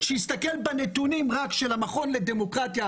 שיסתכל בנתונים האחרונים של המכון לדמוקרטיה: